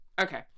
Okay